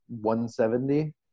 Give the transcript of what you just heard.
170